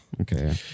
Okay